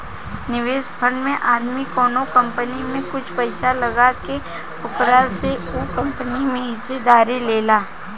निवेश फंड में आदमी कवनो कंपनी में कुछ पइसा लगा के ओकरा से उ कंपनी में हिस्सेदारी लेला